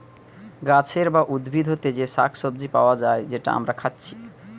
গাছের বা উদ্ভিদ হোতে যে শাক সবজি পায়া যায় যেটা আমরা খাচ্ছি